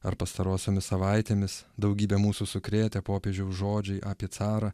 ar pastarosiomis savaitėmis daugybę mūsų sukrėtę popiežiaus žodžiai apie carą